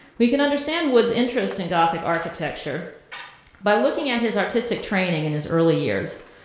we can understand wood's interest in gothic architecture by looking at his artistic training in his early years.